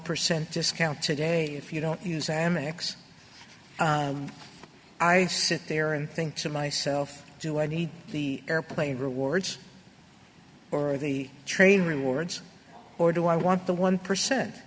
percent discount today if you don't use amex i sit there and thinks of myself do i need the airplane rewards or the trade rewards or do i want the one percent